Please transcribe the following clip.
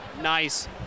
Nice